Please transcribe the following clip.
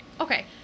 Okay